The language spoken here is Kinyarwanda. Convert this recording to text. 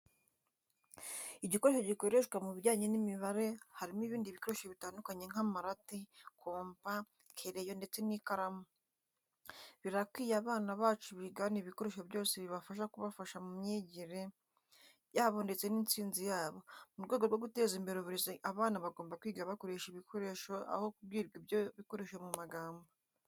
Igikoresho gikoreshwa mu bijyanye n'imibare harimo ibindi bikoresho bitandukanye nk'amarati, kompa, kereyo ndetse n'ikaramu. Birakwiye abana bacu bigana ibikoresho byose bibasha kubafasha mu myigire yabo ndetse n'insinzi yabo. Mu rwego rwo guteza imbere uburezi abana bagomba kwiga bakoresha ibikoresho aho kubwirwa ibyo bikoresho mu magambo.